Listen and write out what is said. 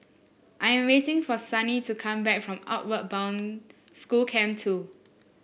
I am waiting for Sunny to come back from Outward Bound School Camp Two